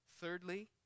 Thirdly